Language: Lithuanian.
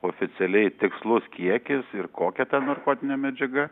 oficialiai tikslus kiekis ir kokia ta narkotinė medžiaga